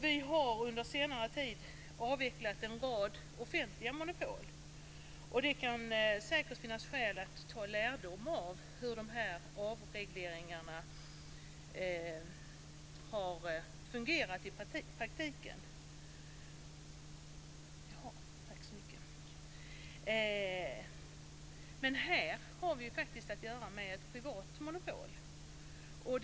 Vi har under senare tid avvecklat en rad offentliga monopol. Det kan säkert finnas skäl att ta lärdom av hur de avregleringarna har fungerat i praktiken. Men här har vi att göra med ett privat monopol.